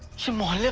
tomorrow